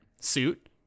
suit